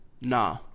Nah